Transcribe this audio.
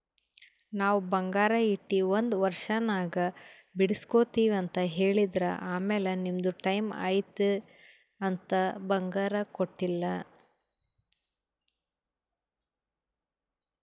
ನಾವ್ ಬಂಗಾರ ಇಟ್ಟಿ ಒಂದ್ ವರ್ಷನಾಗ್ ಬಿಡುಸ್ಗೊತ್ತಿವ್ ಅಂತ್ ಹೇಳಿದ್ರ್ ಆಮ್ಯಾಲ ನಿಮ್ದು ಟೈಮ್ ಐಯ್ತ್ ಅಂತ್ ಬಂಗಾರ ಕೊಟ್ಟೀಲ್ಲ್